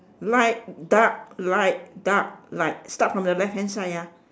light dark light dark light start from the left hand side ah